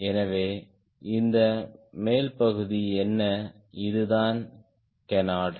எனவே இந்த மேல் பகுதி என்ன இதுதான் கேனார்ட்